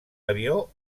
avió